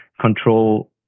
control